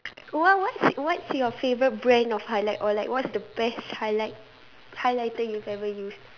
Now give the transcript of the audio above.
what what's what's your favourite brand of highlight or like what's the best highlight highlighter you've ever used